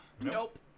Nope